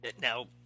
Now